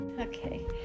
Okay